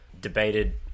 Debated